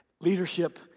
leadership